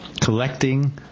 collecting